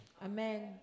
Amen